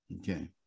Okay